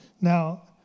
Now